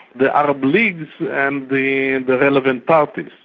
the arab leagues and the and but relevant parties.